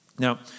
Now